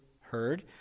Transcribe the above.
heard